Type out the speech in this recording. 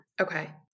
Okay